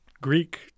Greek